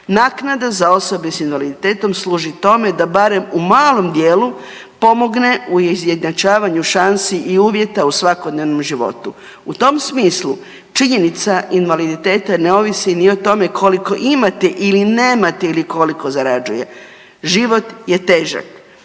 Naknada za osobe sa invaliditetom služi tome da barem u malom dijelu pomogne u izjednačavanju šansi i uvjeta u svakodnevnom životu. U tom smislu činjenica invaliditeta ne ovisni ni o tome koliko imate ili nemate ili koliko zarađuje. Život je težak,